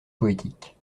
poétiques